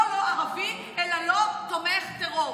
לא לא-ערבי, אלא לא תומך טרור.